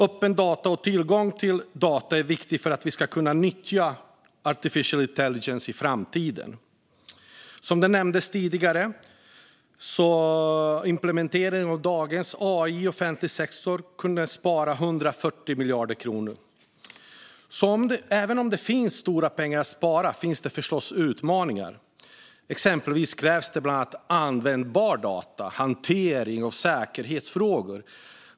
Öppna data och tillgång till data är viktigt för att vi ska kunna nyttja artificiell intelligens i framtiden. Som nämndes tidigare skulle implementering av dagens AI i den offentliga sektorn kunna spara 140 miljarder kronor. Även om det finns stora pengar att spara finns det förstås utmaningar. Exempelvis krävs det bland annat användbara data och hantering av säkerhetsfrågor.